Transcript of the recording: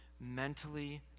mentally